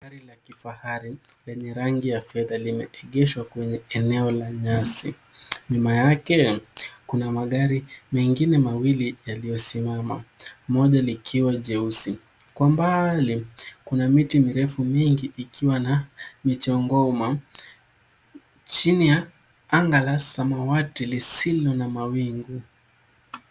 Gari la kifahari lenye rangi ya fedha limeegeshwa kwenye eneo la nyasi. Nyuma yake, kuna magari mengine mawili yaliyosimama, moja likiwa jeusi. Kwa mbali, kuna miti mirefu mingi ikiwa na michongoma chini ya anga la samawati lisilo na mawingu